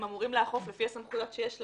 הם אמורים לאכוף לפי הסמכויות שיש להם.